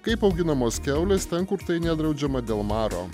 kaip auginamos kiaulės ten kur tai nedraudžiama dėl maro